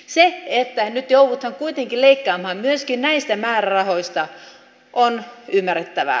se että nyt joudutaan kuitenkin leikkaamaan myöskin näistä määrärahoista on ymmärrettävää